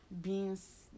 beans